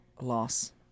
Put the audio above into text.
loss